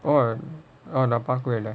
oh நான் பாக்கவே இல்ல:naan paakavae illa